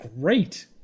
great